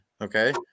okay